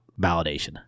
validation